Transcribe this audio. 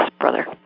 brother